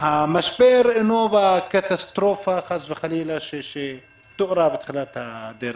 המשבר אינו בקטסטרופה שתוארה בתחילת הדרך.